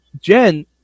Jen